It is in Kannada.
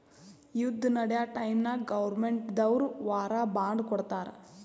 ಯುದ್ದ ನಡ್ಯಾ ಟೈಮ್ನಾಗ್ ಗೌರ್ಮೆಂಟ್ ದವ್ರು ವಾರ್ ಬಾಂಡ್ ಕೊಡ್ತಾರ್